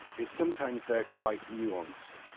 is sometimes they're quite nuanced,